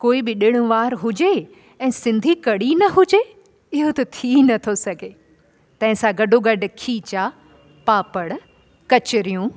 कोई बि ॾिण वारु हुजे ऐं सिंधी कढ़ी न हुजे इहो त थी नथो सघे तंहिंसां गॾोगॾु खीचा पापड़ कचरियूं